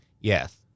Yes